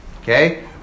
Okay